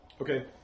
Okay